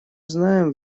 знаем